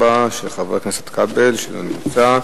מס' 1384, של חבר הכנסת כבל, שאינו נמצא.